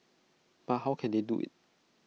but how can they do IT